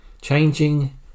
Changing